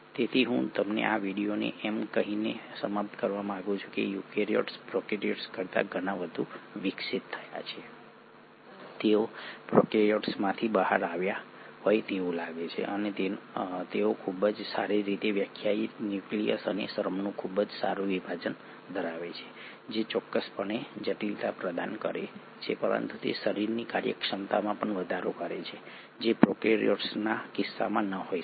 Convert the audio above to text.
તેથી હું આ વિડિઓને એમ કહીને સમાપ્ત કરવા માંગુ છું કે યુકેરીયોટ્સ પ્રોકેરીયોટ્સ કરતા ઘણા વધુ વિકસિત થયા છે તેઓ પ્રોકેરીયોટ્સમાંથી બહાર આવ્યા હોય તેવું લાગે છે અને તેઓ ખૂબ જ સારી રીતે વ્યાખ્યાયિત ન્યુક્લિયસ અને શ્રમનું ખૂબ જ સારું વિભાજન ધરાવે છે જે ચોક્કસપણે જટિલતા પ્રદાન કરે છે પરંતુ તે શરીરની કાર્યક્ષમતામાં પણ વધારો કરે છે જે પ્રોકેરિઓટ્સના કિસ્સામાં ન હોઈ શકે